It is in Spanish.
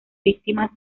víctimas